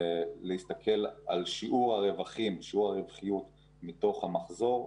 להסתכל על שיעור הרווחיות מתוך המחזור.